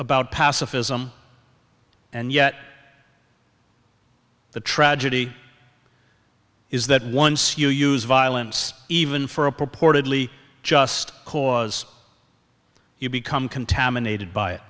about pacifism and yet the tragedy is that once you use violence even for a purportedly just cause you become contaminated by it